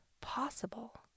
possible